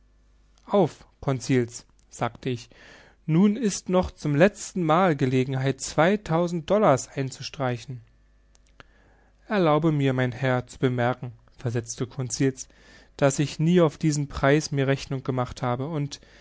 auf conseil sagte ich nun ist noch zum letzten mal gelegenheit zweitausend dollars einzustreichen erlaube mir mein herr zu bemerken versetzte conseil daß ich nie auf diesen preis mir rechnung gemacht habe und